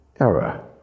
error